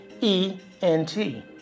E-N-T